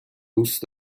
دوست